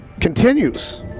continues